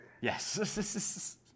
Yes